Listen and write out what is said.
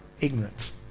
ignorance